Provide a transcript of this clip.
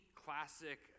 classic